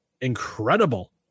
incredible